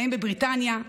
ובהם בריטניה,